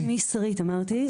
שמי שרית, אמרתי.